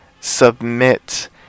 submit